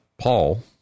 Paul